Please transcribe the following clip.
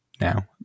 now